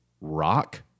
Rock